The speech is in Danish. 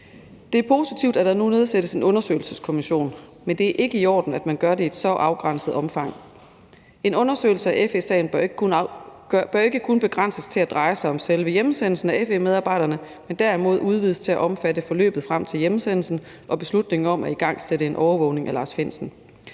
Det er positivt, at der nu nedsættes en undersøgelseskommission, men det er ikke i orden, at man gør det i et så afgrænset omfang. En undersøgelse af FE-sagen bør ikke kun begrænses til at dreje sig om selve hjemsendelsen af FE-medarbejderne, men derimod udvides til at omfatte forløbet frem til hjemsendelsen og beslutningen om at igangsætte en overvågning af Lars Findsen.